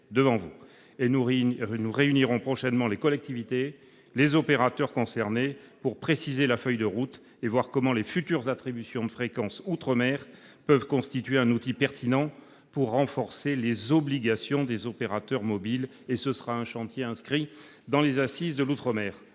Nous réunirons prochainement les collectivités et les opérateurs concernés pour préciser la feuille de route et voir comment les futures attributions de fréquences outre-mer peuvent constituer un outil pertinent pour renforcer les obligations des opérateurs mobiles. Ce chantier sera inscrit dans les Assises des outre-mer.